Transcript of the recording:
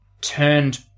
turned